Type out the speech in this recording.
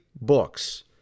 books